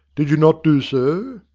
did you not do so?